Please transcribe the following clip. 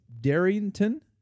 Darrington